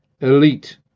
elite